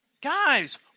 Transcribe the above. Guys